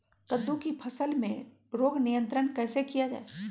कददु की फसल में रोग नियंत्रण कैसे किया जाए?